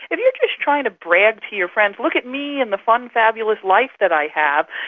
if you're just trying to brag to your friends, look at me and the fun fabulous life that i have,